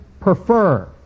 prefer